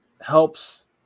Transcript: helps